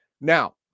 Now